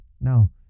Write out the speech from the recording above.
Now